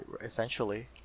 essentially